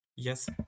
Yes